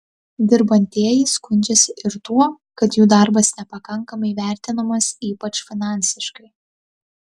dirbantieji skundžiasi ir tuo kad jų darbas nepakankamai vertinamas ypač finansiškai